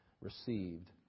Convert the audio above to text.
received